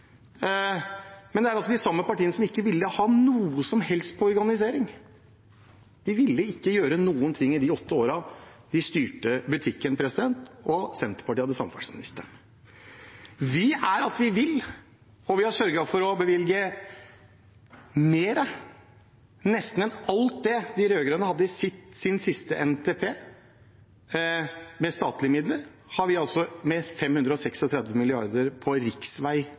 Men det er altså de samme partiene som ikke ville ha noe som helst til organisering. De ville ikke gjøre noen ting i de åtte årene de styrte butikken og Senterpartiet hadde samferdselsministeren. Vi er der at vi vil, og vi har sørget for å bevilge mer enn nesten alt det de rød-grønne hadde i sin siste NTP, med statlige midler,